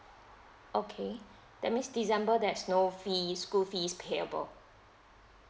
okay that means december there's no fee school fees payable